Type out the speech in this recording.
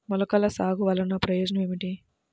మొలకల సాగు వలన ప్రయోజనం ఏమిటీ?